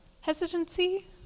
hesitancy